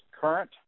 current